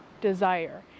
desire